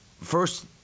first